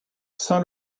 sin